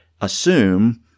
assume